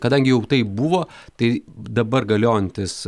kadangi jau taip buvo tai dabar galiojantis